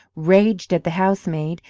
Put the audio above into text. raged at the housemaid,